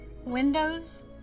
windows